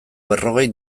berrogei